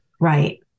Right